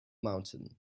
mountain